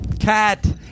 cat